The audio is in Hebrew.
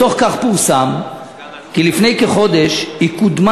בתוך כך פורסם כי לפני כחודש היא קודמה